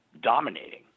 dominating